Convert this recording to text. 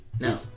No